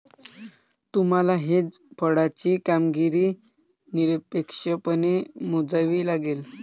तुम्हाला हेज फंडाची कामगिरी निरपेक्षपणे मोजावी लागेल